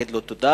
להגיד לו תודה,